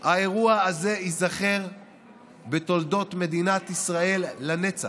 האירוע הזה ייזכר בתולדות מדינת ישראל לנצח.